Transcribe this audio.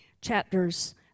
Chapters